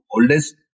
oldest